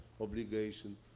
obligation